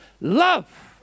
love